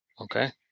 okay